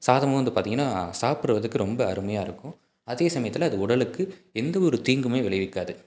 சாதமும் வந்து பார்த்திங்கன்னா சாப்பிட்றதுக்கு ரொம்ப அருமையாக இருக்கும் அதே சமயத்தில் அது உடலுக்கு எந்த ஒரு தீங்கும் விளைவிக்காது